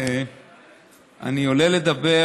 אני עולה לדבר